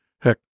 Heck